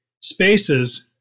spaces